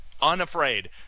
unafraid